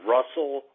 Russell